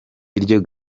iryo